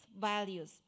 values